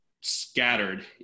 scattered